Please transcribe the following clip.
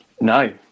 No